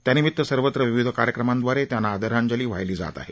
त्यानिमित सर्वत्र विविध कार्यक्रमांदवारे त्यांना आदरांजली वाहिली जात आहे